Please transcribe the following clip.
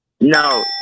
No